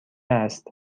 است